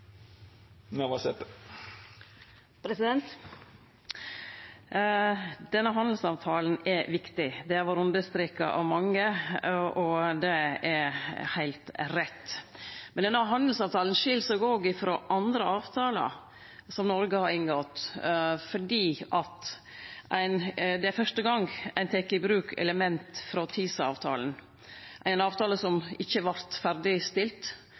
Arbeiderpartiet. Denne handelsavtalen er viktig. Det har vore understreka av mange, og det er heilt rett. Men denne handelsavtalen skil seg òg frå andre avtalar som Noreg har inngått, fordi det er fyrste gongen ein tek i bruk element frå TISA-avtalen – ein avtale som ikkje vart